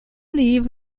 leave